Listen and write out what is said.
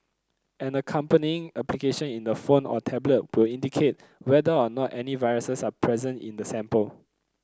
an accompanying application in the phone or tablet will indicate whether or not any viruses are present in the sample